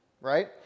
right